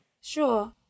Sure